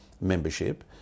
membership